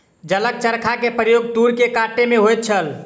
जलक चरखा के प्रयोग तूर के कटै में होइत छल